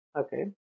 okay